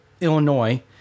Illinois